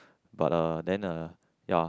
but uh then uh ya